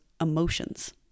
emotions